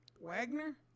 Wagner